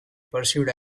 perceived